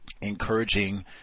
encouraging